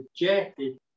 rejected